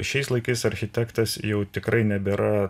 šiais laikais architektas jau tikrai nebėra